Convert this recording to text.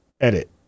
edit